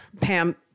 pam